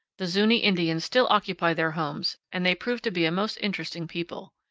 the zuni indians still occupy their homes, and they prove to be a most interesting people.